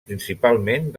principalment